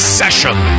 session